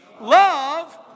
love